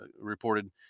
reported